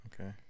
Okay